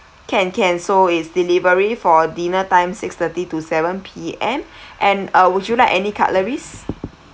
can can so it's delivery for dinner time six-thirty to seven P_M and uh would you like any cutleries